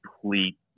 complete